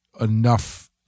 enough